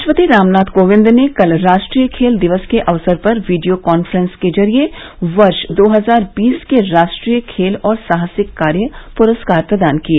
राष्ट्रपति रामनाथ कोविंद ने कल राष्ट्रीय खेल दिवस के अवसर पर वीडियो कॉन्फ्रॅस के जरिए वर्ष दो हजार बीस के राष्ट्रीय खेल और साहसिक कार्य पुरस्कार प्रदान किए